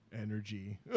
Energy